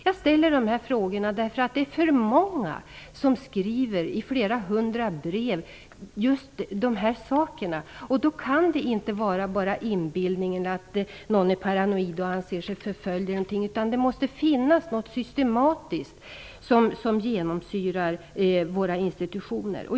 Jag ställer dessa frågor därför att det är för många som skriver - jag får flera hundra brev - om just dessa saker. Det kan inte bara bero på inbillning eller på att någon är paranoid och anser sig förföljd. Det måste finnas något som systematiskt genomsyrar våra institutioner.